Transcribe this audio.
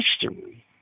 history